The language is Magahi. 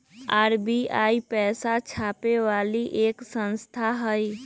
आर.बी.आई पैसा छापे वाली एक संस्था हई